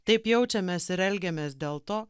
taip jaučiamės ir elgiamės dėl to